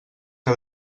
que